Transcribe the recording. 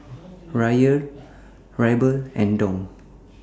Riyal Ruble and Dong